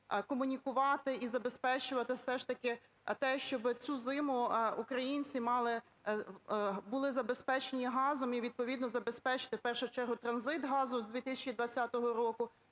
комунікувати і забезпечувати все ж таки те, щоб цю зиму українці мали, були забезпечені газом і відповідно забезпечити в першу чергу транзит газу з 2020 року.